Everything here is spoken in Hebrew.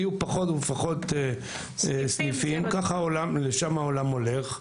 יהיו פחות ופחות סניפים, לשם העולם הולך.